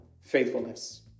faithfulness